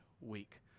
week